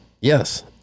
Yes